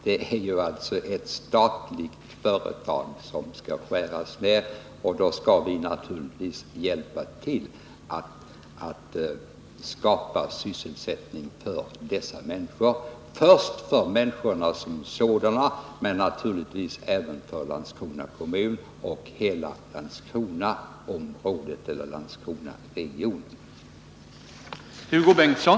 Det är ju ett statligt företag som skall skäras ned, och då skall vi naturligtvis hjälpa till att skapa sysselsättning för dessa människor — först för människorna som sådana men sedan naturligtvis även för Landskrona kommun och hela Landskronaregionen.